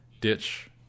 ditch